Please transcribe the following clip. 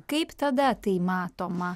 kaip tada tai matoma